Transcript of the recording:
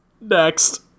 Next